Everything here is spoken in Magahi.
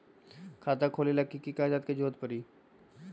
खाता खोले ला कि कि कागजात के जरूरत परी?